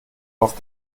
auf